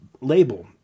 label